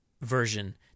version